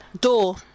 door